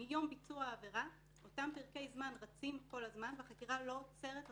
מיום ביצוע העבירה אותם פרקי זמן רצים כל הזמן והחקירה לא עוצרת אותם.